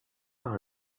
par